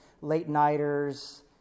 late-nighters